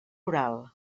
oral